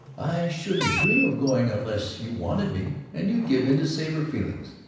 i shouldn't dream of going unless you wanted me and you'd give in to save her feelings.